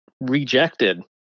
rejected